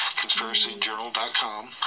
conspiracyjournal.com